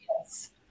yes